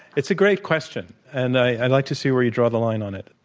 it's a great question, and i'd like to see where you draw the line on it.